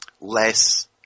less